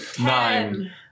Nine